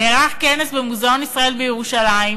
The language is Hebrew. נערך כנס במוזיאון ישראל בירושלים,